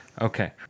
Okay